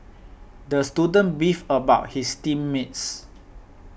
the student beefed about his team mates